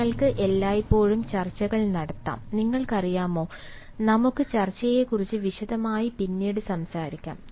നിങ്ങൾക്ക് എല്ലായ്പ്പോഴും ചർച്ചകൾ നടത്താം നിങ്ങൾക്കറിയാമോ നമുക്ക് ചർച്ചയെക്കുറിച്ച് വിശദമായി പിന്നീട് സംസാരിക്കാം